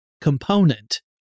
component